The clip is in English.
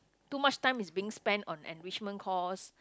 too much time is being spent on enrichment course